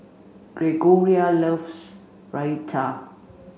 Gregoria loves Raita